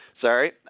Sorry